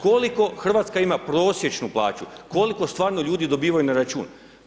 Koliko Hrvatska ima prosječnu plaću, koliko stvarno ljudi dobivaju na račun?